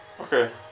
Okay